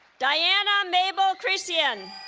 diana mabel cricien